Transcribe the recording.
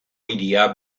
hiria